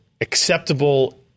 acceptable